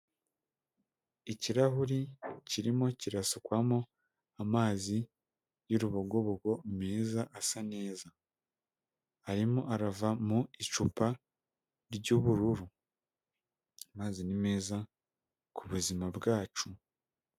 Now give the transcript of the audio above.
Ikirahuri kirimo kirasukwamo amazi y'urubogobogo meza, asa neza. Arimo arava mu icupa ry'ubururu. Amazi ni meza ku buzima bwacu.